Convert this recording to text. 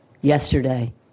yesterday